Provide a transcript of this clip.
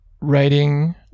writing